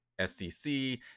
scc